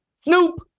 Snoop